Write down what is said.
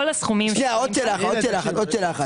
עוד שאלה אחת.